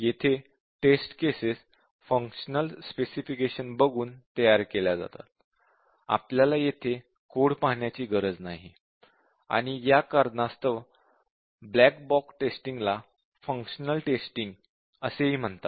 येथे test cases functional specification बघून तयार केल्या जातात आपल्याला येथे कोड पाहण्याची गरज नाही आणि या कारणास्तव ब्लॅक बॉक्स टेस्टिंगला फंक्शनल टेस्टिंग असेही म्हणतात